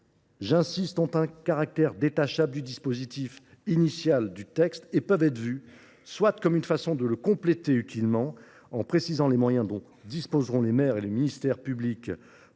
insiste, ont un caractère détachable du dispositif initial du texte. Ils peuvent être vus, soit comme tendant à le compléter utilement en précisant les moyens dont disposeront les maires et le ministère public